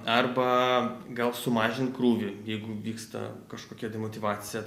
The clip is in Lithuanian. arba gal sumažint krūvį jeigu vyksta kažkokia demotyvacija